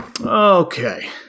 Okay